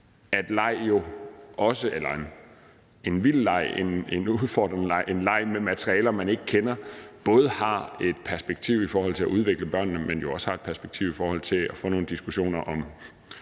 at italesætte, at en vild leg, en udfordrende leg, en leg med materialer, man ikke kender, både har et perspektiv i forhold til at udvikle børnene, men også har et perspektiv i forhold til at få nogle diskussioner om